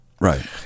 Right